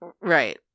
Right